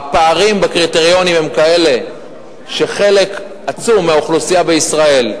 הפערים בקריטריונים הם כאלה שחלק עצום מהאוכלוסייה בישראל,